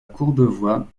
courbevoie